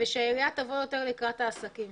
ושהעירייה תבוא יותר לקראת העסקים.